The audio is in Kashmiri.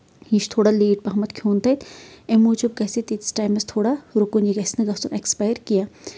یہِ چھُ تھوڑا لیٹ پہمتھ کھٮ۪وٚن تَتہِ اَمہِ موٗجوٗب گژھِ تیٖتِس ٹایمَس تھوڑا رُکُن یہِ گژھِ نہٕ گژھُن اٮ۪کٕسپَیر کیٚنٛہہ